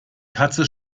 katze